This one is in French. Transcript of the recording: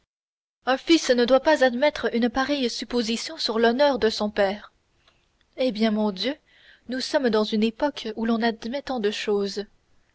un fils ne doit pas admettre une pareille supposition sur l'honneur de son père eh mon dieu nous sommes dans une époque où l'on admet tant de choses